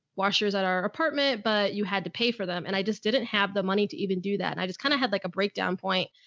washers at our apartment, but you had to pay for them. and i just didn't have the money to even do that. and i just kind of had like a breakdown point.